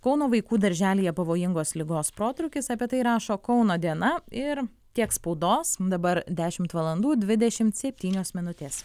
kauno vaikų darželyje pavojingos ligos protrūkis apie tai rašo kauno diena ir tiek spaudos dabar dešimt valandų dvidešimt septynios minutės